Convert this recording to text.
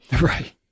Right